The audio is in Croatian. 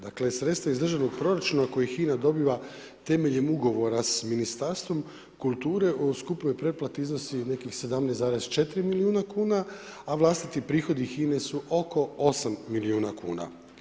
Dakle, sredstava iz državnog proračuna, koje HINA dobiva temeljem ugovora s Ministarstvom kulture o skupljoj pretplati iznosi nekih 17,4 milijuna kuna, a vlastiti prihodi HINA-e su oko 8 milijuna kuna.